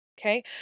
Okay